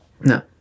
No